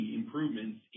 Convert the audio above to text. improvements